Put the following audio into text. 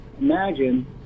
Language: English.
imagine